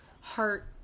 heart